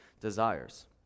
desires